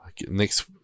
next